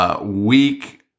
week